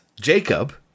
jacob